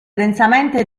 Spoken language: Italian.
densamente